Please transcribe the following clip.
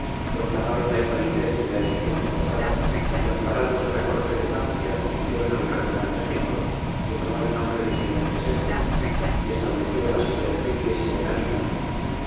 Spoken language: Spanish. proclamaron la invalidez de la elección forzada y amparados de la corte de francia eligieron al cardenal de génova que tomó el nombre de clemente vii y estableció la silla de su iglesia en aviñón